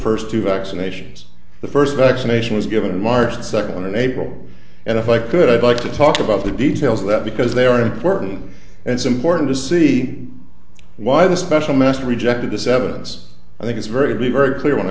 first two vaccinations the first vaccination was given march second unable and if i could i'd like to talk about the details of that because they are important and it's important to see why the special master rejected this evidence i think it's very very clear when i